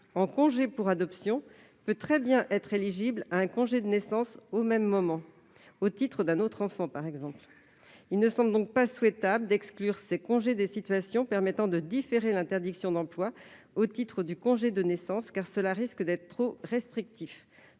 en congé d'adoption peut très bien être éligible à un congé de naissance au même moment- au titre d'un autre enfant, par exemple. Il ne me semble donc pas souhaitable d'exclure ces congés des situations permettant de différer l'interdiction d'emploi au titre du congé de naissance, car cela risque d'être trop restrictif.